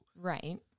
Right